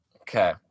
okay